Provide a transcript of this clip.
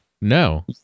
no